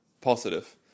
positive